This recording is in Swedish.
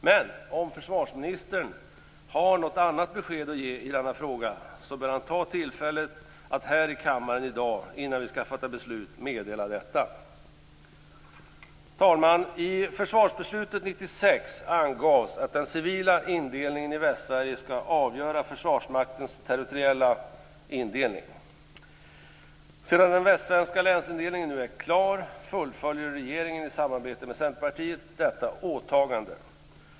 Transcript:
Men om försvarsministern har något annat besked att ge i denna fråga bör han ta tillfället att här i kammaren i dag, innan vi skall fatta beslut, meddela detta. I försvarsbeslutet 1996 angavs att den civila indelningen i Västsverige skulle avgöra Försvarsmaktens territoriella indelning. Sedan den västsvenska länsindelningen nu är klar fullföljer regeringen i samarbete med Centerpartiet detta åtagande.